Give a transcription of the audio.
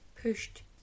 pushed